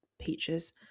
peaches